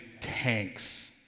tanks